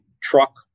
truck